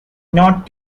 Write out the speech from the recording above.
not